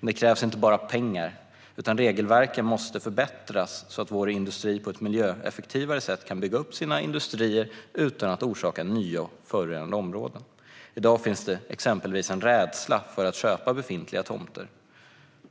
Men det kärvs inte bara pengar, utan regelverken måste förbättras så att vår industri på ett miljöeffektivare sätt kan bygga upp sina industrier utan att orsaka nya förorenade områden. I dag finns det exempelvis en rädsla för att köpa befintliga tomter,